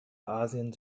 asien